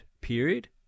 period